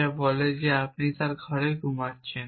যা বলে যে তিনি তার ঘরে ঘুমাচ্ছেন